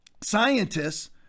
scientists